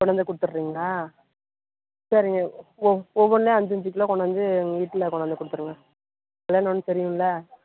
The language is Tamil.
கொண்டாந்து கொடுத்துட்றீங்களா சரிங்க ஒவ் ஒவ்வொன்லேயும் அஞ்சு அஞ்சு கிலோ கொண்டாந்து வீட்டில் கொண்டாந்து கொடுத்துருங்க கல்யாணனு தெரியுமில்ல